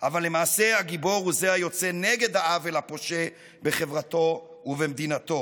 אבל למעשה הגיבור הוא זה היוצא נגד העוול הפושה בחברתו ובמדינתו,